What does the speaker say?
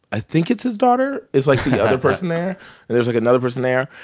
i think it's his daughter is, like, the other person there and there's, like, another person there.